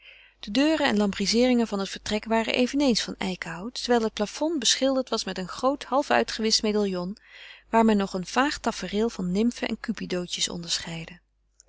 de deuren en lambrizeeringen van het vertrek waren eveneens van eikenhout terwijl het plafond beschilderd was met een groot half uitgewischt medaillon waar men nog een vaag tafereel van nimfen en cupidootjes onderscheidde